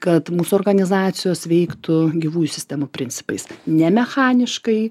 kad mūsų organizacijos veiktų gyvųjų sistemų principais ne mechaniškai